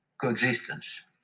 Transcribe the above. coexistence